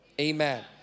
Amen